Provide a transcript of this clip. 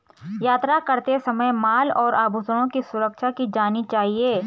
यात्रा करते समय माल और आभूषणों की सुरक्षा की जानी चाहिए